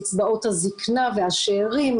קצבאות הזקנה והשארים,